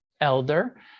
elder